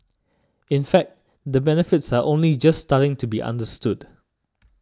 in fact the benefits are only just starting to be understood